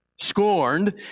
scorned